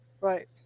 Right